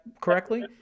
correctly